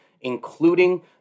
including